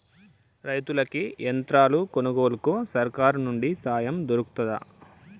రైతులకి యంత్రాలు కొనుగోలుకు సర్కారు నుండి సాయం దొరుకుతదా?